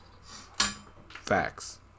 facts